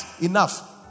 Enough